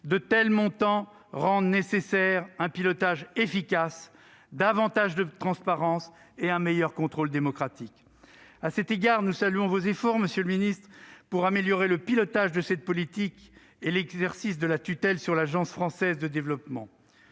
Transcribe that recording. De tels montants rendent nécessaires un pilotage efficace, davantage de transparence et un meilleur contrôle démocratique. À cet égard, nous saluons vos efforts, monsieur le ministre, pour améliorer le pilotage de cette politique et l'exercice de la tutelle sur l'Agence française de développement.